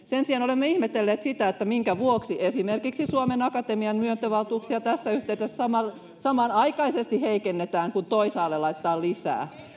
sen sijaan olemme ihmetelleet sitä että minkä vuoksi esimerkiksi suomen akatemian myöntövaltuuksia tässä yhteydessä samanaikaisesti heikennetään kun toisaalle laitetaan lisää